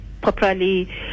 properly